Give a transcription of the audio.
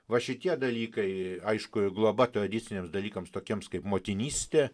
va šitie dalykai aišku globa tradiciniams dalykams tokiems kaip motinystė